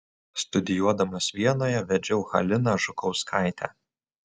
studijuodamas vienoje vedžiau haliną žukauskaitę